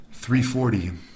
340